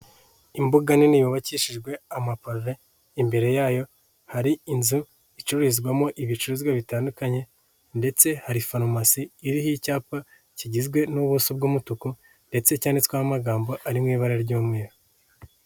Imbuga nini yubakishijwe amapave, imbere yayo hari inzu icururizwamo ibicuruzwa bitandukanye ndetse hari farumasi iriho icyapa kigizwe n'ubuso bw'umutuku ndetse cyanditsweho amagambo ari mu ibara ry'umweru.